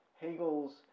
Hegel's